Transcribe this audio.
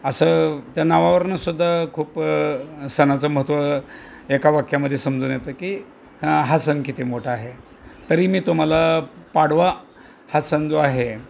असं त्या नावावरनं सुद्धा खूपं सणाचं महत्त्व एका वाक्यामध्ये समजून येतं की हा सण किती मोठा आहे तरी मी तुम्हाला पाडवा हा सण जो आहे